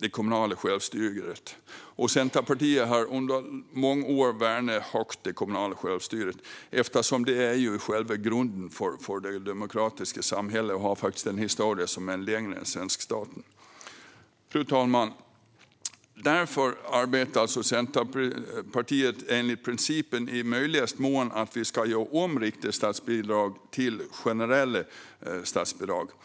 det kommunala självstyret i högsta grad. Centerpartiet har under många år värnat det kommunala självstyret. Det är själva grunden för det demokratiska samhället och har en historia som är äldre än den svenska staten. Fru talman! Centerpartiet arbetar efter principen att riktade statsbidrag i möjligaste mån ska göras om till generella statsbidrag.